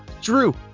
Drew